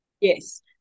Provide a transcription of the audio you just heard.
Yes